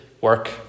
work